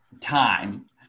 time